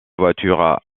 voiture